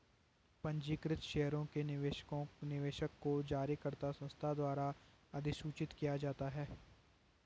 पंजीकृत शेयरों के निवेशक को जारीकर्ता संस्था द्वारा अधिसूचित किया जाता है